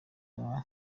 aba